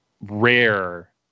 rare